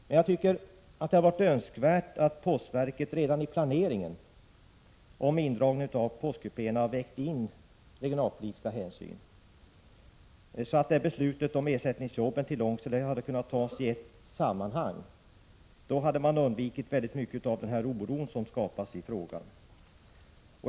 Det hade ändå varit önskvärt att postverket redan vid planeringen av indragningen av postkupéerna hade vägt in regionalpolitiska hänsyn, så att beslutet om ersättningsjobb i Långsele hade kunnat fattas i ett sammanhang. Då hade mycket av den oro som har skapats kunnat undvikas.